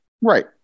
Right